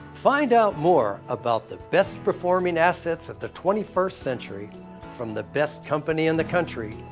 find out more about the best performing assets of the twenty first century from the best company in the country,